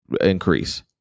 increase